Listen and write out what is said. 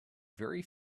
very